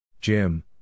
Jim